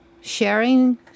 sharing